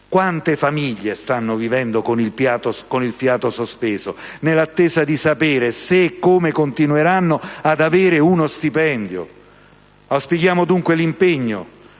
tempo stanno vivendo con il fiato sospeso nell'attesa di sapere se e come continueranno ad avere uno stipendio. Auspichiamo dunque l'impegno